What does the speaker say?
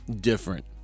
different